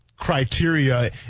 criteria